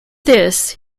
this